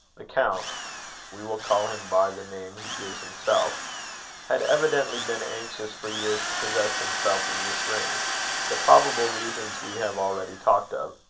the count we will call him by the name he gives himself had evidently been anxious for years to possess himself of this ring the probable reasons we have already talked of.